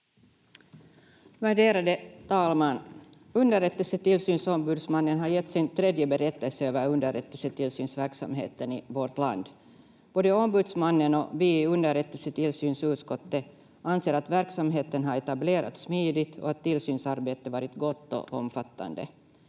Värderade talman! Underrättelsetillsynsombudsmannen har gett sin tredje berättelse över underrättelsetillsynsverksamheten i vårt land. Både ombudsmannen och vi i underrättelsetillsynsutskottet anser att verksamheten har etablerats smidigt och att tillsynsarbetet varit gott och omfattande.